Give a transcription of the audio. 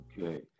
Okay